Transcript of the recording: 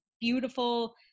beautiful